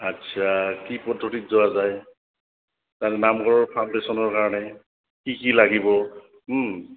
আচ্ছা কি পদ্ধতিত যোৱা যায় তাৰ নামঘৰৰ ফাউণ্ডেশ্যনৰ কাৰণে কি কি লাগিব